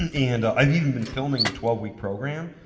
and and i've even been filming the twelve week program.